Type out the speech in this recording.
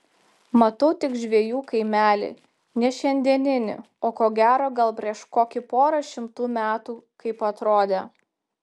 matau tik žvejų kaimelį ne šiandieninį o ko gero gal prieš kokį porą šimtų metų kaip atrodė